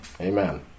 Amen